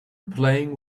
playing